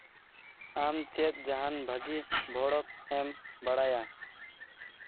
ᱟᱢ ᱪᱮᱫ ᱡᱟᱦᱟᱱ ᱵᱷᱟᱹᱜᱤ ᱵᱷᱚᱲᱚᱠ ᱮᱢ ᱵᱟᱲᱟᱭᱟ